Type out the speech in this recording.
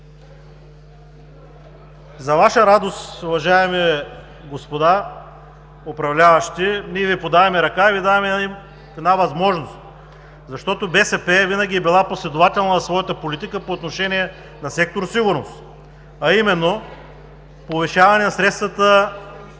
За Ваша радост, уважаеми господа управляващи, ние Ви подаваме ръка и Ви даваме една възможност, защото БСП винаги е била последователна в своята политика по отношение на сектор „Сигурност“, а именно: повишаване на средствата